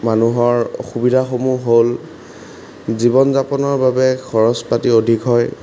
মানুহৰ অসুবিধাসমূহ হ'ল জীৱন যাপনৰ বাবে খৰচ পাতি অধিক হয়